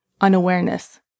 unawareness